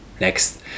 Next